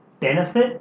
benefit